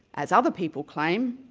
as other people claim,